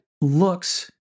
looks